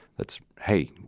that's hey.